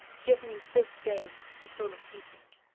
give me, this day, the soul of frederic.